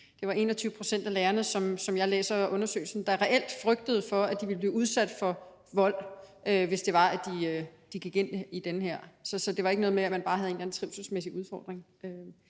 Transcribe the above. Det var 21 pct. af lærerne, der, som jeg læser undersøgelsen, reelt frygtede for, at de ville blive udsat for vold, hvis det var, at de gik ind i den her debat. Så det var ikke noget med, at man bare havde en eller anden trivselsmæssig udfordring.